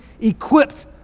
equipped